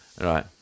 Right